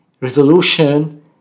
Resolution